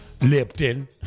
Lipton